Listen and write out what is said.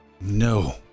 No